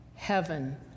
heaven